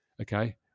okay